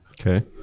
okay